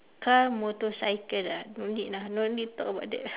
car motorcycle ah no need lah no need talk about that